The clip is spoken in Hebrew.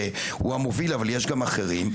והוא המוביל אבל יש גם אחרים,